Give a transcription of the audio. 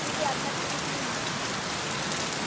দিদি আপনারটা নিয়ে নিন হ্যাঁ